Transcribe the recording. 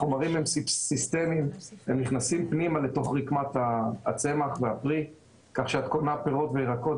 החומרים נכנסים פנימה לתוך רקמת הצמח והפרי כך שעל הפירות והירקות,